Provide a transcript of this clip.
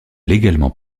légalement